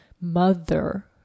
mother